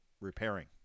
repairing